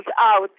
out